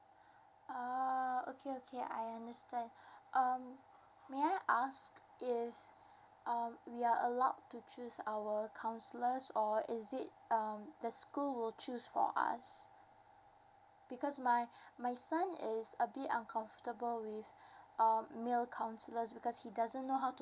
oh okay okay I understand err may I ask if um we are allowed to choose our counsellors or is it um the school will choose for us because my my son is a bit uncomfortable with uh male counsellors because he doesn't know how to